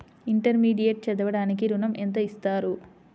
Intermediate చదవడానికి ఋణం ఎంత ఇస్తారు?